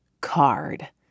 card